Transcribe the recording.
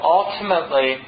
ultimately